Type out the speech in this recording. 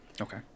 Okay